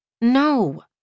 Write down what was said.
No